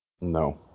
No